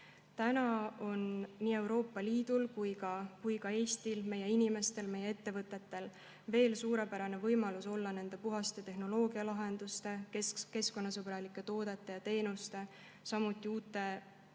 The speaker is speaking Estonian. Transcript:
on nii Euroopa Liidul kui ka Eestil, meie inimestel ja ettevõtetel, suurepärane võimalus olla nende puhaste tehnoloogialahenduste, keskkonnasõbralike toodete ja teenuste, samuti uute